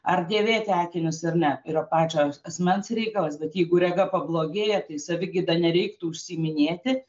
ar dėvėti akinius ar ne yra pačio asmens reikalas bet jeigu rega pablogėja tai savigyda nereiktų užsiiminėti